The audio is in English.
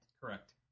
Correct